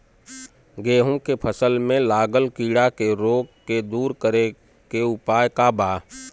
गेहूँ के फसल में लागल कीड़ा के रोग के दूर करे के उपाय का बा?